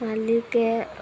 মালিকে